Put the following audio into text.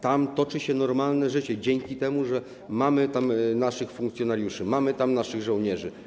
Tam toczy się normalne życie - dzięki temu, że mamy tam naszych funkcjonariuszy, mamy tam naszych żołnierzy.